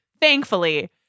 thankfully